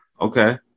Okay